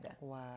Wow